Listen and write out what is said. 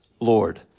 Lord